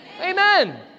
Amen